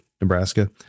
Nebraska